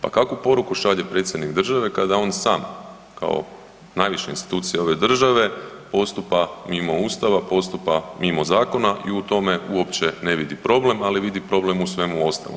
Pa kakvu poruku šalje Predsjednik države kada on sam kao najviša institucija ove države postupa mimo Ustava, postupa mimo zakona i u tome uopće ne vidi problem ali vidi problem u svemu ostalom.